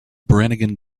brannigan